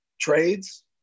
trades